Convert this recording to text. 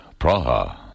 Praha